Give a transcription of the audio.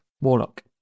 Warlock